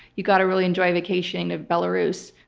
you got to really enjoy a vacation at belarus.